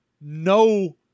no